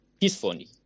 peacefully